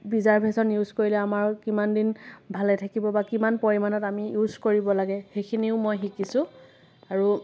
preservation use কৰিলে আমাৰ কিমানদিন ভালে থাকিব বা কিমান পৰিমাণনত আমি ইউচ কৰিব লাগে সেইখিনিও মই শিকিছোঁ আৰু